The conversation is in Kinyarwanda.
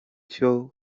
cyo